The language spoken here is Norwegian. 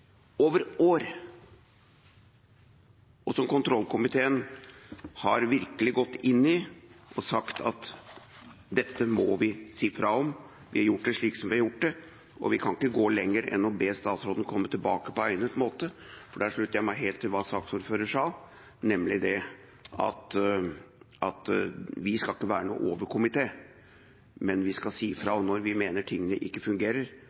over år, og som kontrollkomiteen virkelig har gått inn i og sagt at dette må vi si fra om. Vi har gjort det slik som vi har gjort det, og vi kan ikke gå lenger enn å be statsråden komme tilbake på egnet måte. Der slutter jeg meg helt til det saksordføreren sa, nemlig at vi skal ikke være noen overkomité, men vi skal si fra når vi mener tingene ikke fungerer.